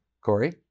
Corey